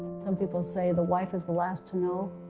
some people say the wife is the last to know.